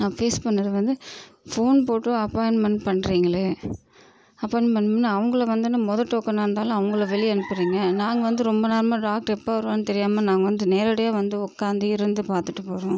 நான் ஃபேஸ் பண்ணுறது வந்து ஃபோன் போட்டு அப்பாயின்மெண்ட் பண்ணுறிங்களே அப்பாயின்மெண்ட் பண்ணோடன அவங்கள வந்தோடன மொதல் டோக்கனாக இருந்தாலும் அவங்கள வெளியே அனுப்புகிறிங்க நாங்கள் வந்து ரொம்ப நேரமாக டாக்ட்ரு எப்போ வருவாருன்னு தெரியாமல் நாங்கள் வந்து நேரடியாக வந்து உட்காந்து இருந்து பார்த்துட்டு போகிறோம்